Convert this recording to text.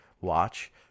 watch